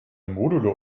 modulo